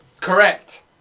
Correct